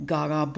Gaga